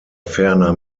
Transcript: ferner